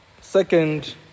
Second